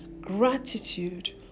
gratitude